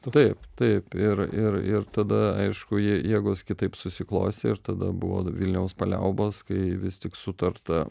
tu taip taip ir ir tada aišku jėgos kitaip susiklostė ir tada buvo vilniaus paliaubos kai vis tik sutarta